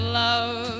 love